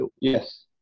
Yes